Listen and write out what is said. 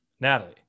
Natalie